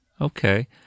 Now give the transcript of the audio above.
Okay